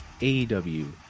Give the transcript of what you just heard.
AEW